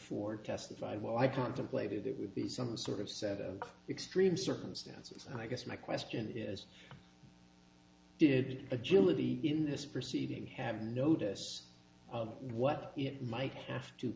for testified while i contemplated that would be some sort of set of extreme circumstances and i guess my question is did agility in this proceeding have notice of what it might have to